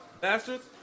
bastards